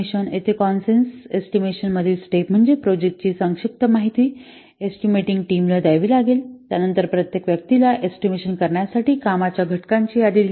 येथे consensus estimation मधील step म्हणजे प्रोजेक्ट ची संक्षिप्त माहिती एस्टीमॅटिंग टीम ला द्यावी लागेल त्यानंतर प्रत्येक व्यक्तीला एस्टिमेशन करण्या साठी कामाच्या घटकांची यादी दिली जाईल